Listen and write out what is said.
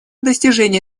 достижения